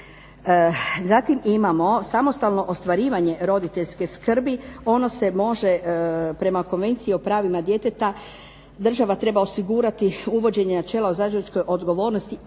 Zatim imamo samostalno ostvarivanje roditeljske skrbi. Ono se može prema Konvenciji o pravima djeteta, država treba osigurati uvođenje načela o zajedničkoj odgovornosti